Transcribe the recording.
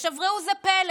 עכשיו, ראו זה פלא,